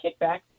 kickback